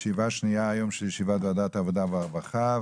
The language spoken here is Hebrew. ישיבה שנייה של ועדת העבדה והרווחה.